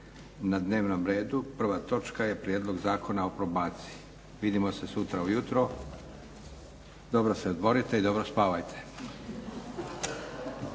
Na dnevnom redu prva točka je Prijedlog Zakona o probaciji. Vidimo se sutra ujutro, dobro se odmorite i dobro spavajte.